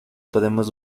podemos